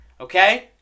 okay